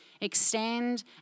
extend